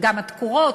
וגם התקורות,